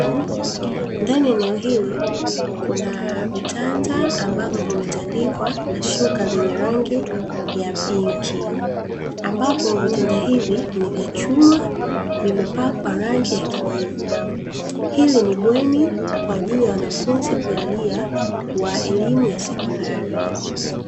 Ndani ya eneo hili kuna vitanda ambavyo vimetandikwa na shuka lenye rangi ya pinki, ambapo vitanda hivi vya chuma vimepakwa rangi ya kijivu. Hili ni bweni kwa ajili ya wanafunzi kulalia wa elimu ya sekondari.